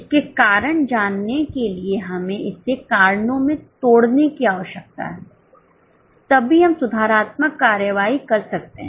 इसके कारण जानने के लिए हमें इसे कारणों में इसे तोड़ने की आवश्यकता है तभी हम सुधारात्मक कार्रवाई कर सकते हैं